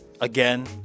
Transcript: again